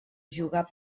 jugar